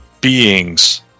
beings